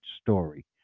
story